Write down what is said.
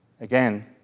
Again